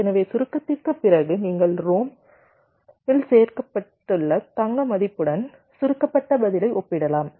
எனவே சுருக்கத்திற்குப் பிறகு நீங்கள் ரோம் இல் சேமிக்கப்பட்டுள்ள தங்க மதிப்புடன் சுருக்கப்பட்ட பதிலை ஒப்பிடலாம்